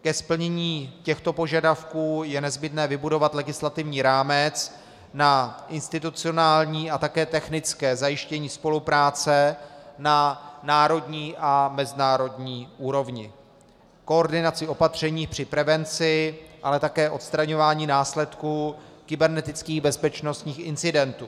Ke splnění těchto požadavků je nezbytné vybudovat legislativní rámec na institucionální a také technické zajištění spolupráce na národní a mezinárodní úrovni, koordinaci opatření při prevenci, ale také odstraňování následků kybernetických bezpečnostních incidentů.